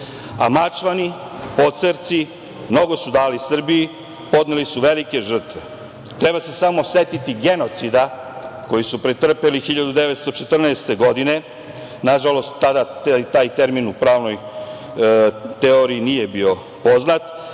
a Mačvani, Pocerci, mnogo su dali Srbiji. Podneli su velike žrtve. Treba se samo setiti genocida koji su pretrpeli 1914. godine. Nažalost, tada taj termin u pravnoj teoriji nije bio poznat,